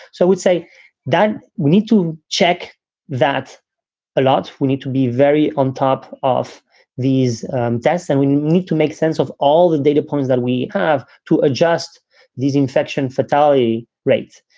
so we'd say that we need to check that a lot. we need to be very on top of these tests and we need to make sense of all the data points that we have to adjust these infection fatality rates.